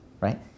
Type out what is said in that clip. right